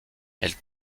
elle